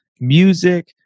music